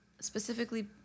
specifically